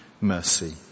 mercy